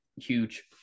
huge